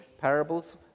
parables